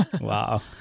wow